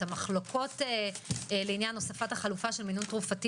את המחלוקות לעניין הוספת החלופה של מינון תרופתי